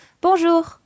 Bonjour